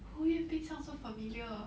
hu yan bin sound so familiar